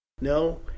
no